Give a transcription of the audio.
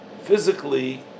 physically